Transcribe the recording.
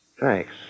Thanks